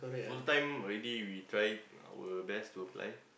full time already we try our best to apply